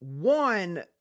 One